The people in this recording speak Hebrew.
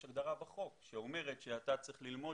יש הגדרה בחוק שאומרת שאתה צריך ללמוד